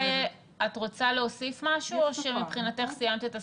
את רוצה להוסיף משהו או שמבחינתך סיימת את הסקירה?